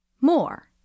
More